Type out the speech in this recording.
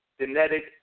genetic